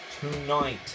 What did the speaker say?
tonight